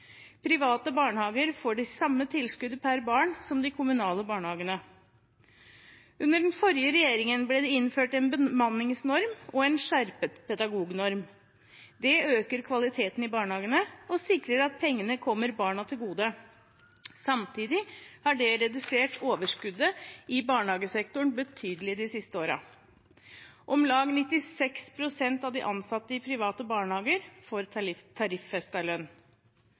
Private barnehager får det samme tilskuddet per barn som de kommunale barnehagene. Under den forrige regjeringen ble det innført en bemanningsnorm og en skjerpet pedagognorm. Det øker kvaliteten i barnehagene og sikrer at pengene kommer barna til gode. Samtidig har det redusert overskuddet i barnehagesektoren betydelig de siste årene. Om lag 96 pst. av de ansatte i private barnehager får tariffestet lønn.